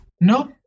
No